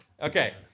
Okay